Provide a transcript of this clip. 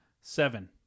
Seven